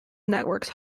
networks